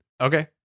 Okay